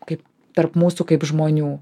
kaip tarp mūsų kaip žmonių